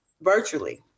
virtually